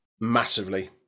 Massively